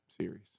series